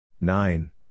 Nine